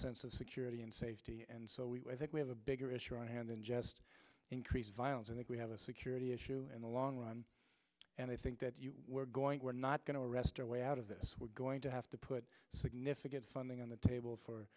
sense of security and safety and so we think we have a bigger issue on hand than just increasing violence and if we have a security issue in the long run and i think that you we're going to we're not going to rest or way out of this we're going to have to put significant funding on the table for